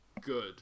good